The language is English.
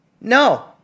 no